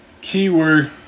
Keyword